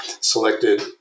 selected